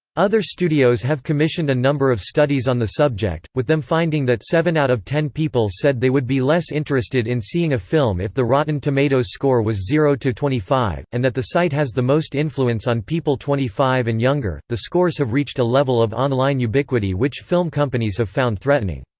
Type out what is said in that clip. other studios have commissioned a number of studies on the subject, with them finding that seven out of ten people said they would be less interested in seeing a film if the rotten tomatoes score was zero twenty five, and that the site has the most influence on people twenty five and younger the scores have reached a level of online ubiquity which film companies have found threatening.